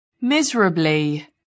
Miserably